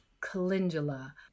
calendula